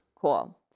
Cool